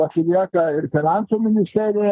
pasilieka ir finansų ministerija